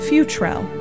Futrell